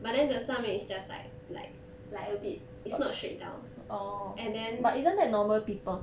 but then the 上面 it's just like like like a bit it's not straight down and then